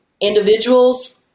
individuals